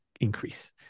increase